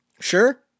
Sure